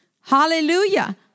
hallelujah